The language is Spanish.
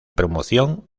promoción